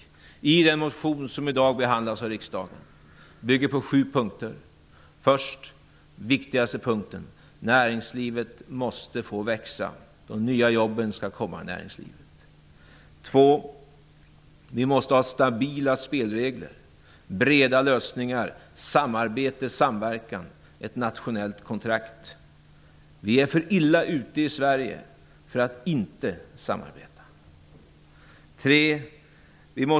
En av våra motioner som i dag behandlas av riksdagen bygger på sju punkter: 1.Näringslivet måste växa. De nya jobben skall skapas i närlingslivet. Detta är den viktigaste punkten. 2.Det måste vara stabila spelregler, breda lösningar, samarbete och samverkan -- ett nationellt kontrakt. Vi är för illa ute i Sverige för att inte samarbeta.